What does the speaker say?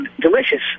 delicious